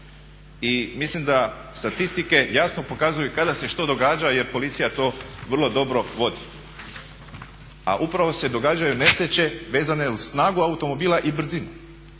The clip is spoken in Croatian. I mislim da statistike jasno pokazuju kada se što događa jer policija to vrlo dobro vodi, a upravo se događaju nesreće vezane uz snagu automobila i brzinu.